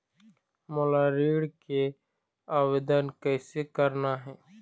मोला ऋण के आवेदन कैसे करना हे?